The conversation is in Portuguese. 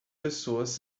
pessoas